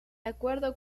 acuerdo